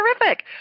terrific